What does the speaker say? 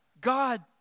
God